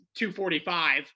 245